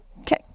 okay